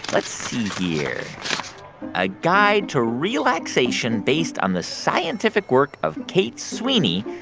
let's see here a guide to relaxation based on the scientific work of kate sweeny,